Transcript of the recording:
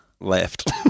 left